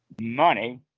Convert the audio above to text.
money